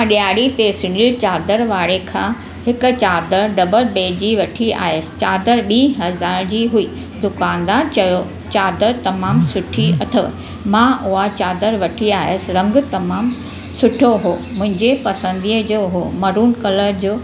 मां ॾियारी ते सिलिड चादर वारे खां हिक चादर डबल बैड जी वठी आयसि चादर ॿीं हज़ार जी हुई दुकानुदार चयो चादर तमामु सुठी अथव मां उहा चादर वठी आयसि रंगु तमामु सुठो हो मुंहिंजी पसंदीअ जो हो मरुन कलर जो